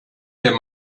dir